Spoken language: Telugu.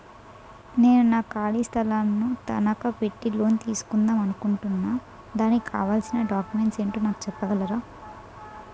నేను నా ఖాళీ స్థలం ను తనకా పెట్టి లోన్ తీసుకుందాం అనుకుంటున్నా దానికి కావాల్సిన డాక్యుమెంట్స్ ఏంటో నాకు చెప్పగలరా?